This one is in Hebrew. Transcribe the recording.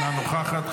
אינה נוכחת,